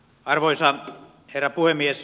arvoisa herra puhemies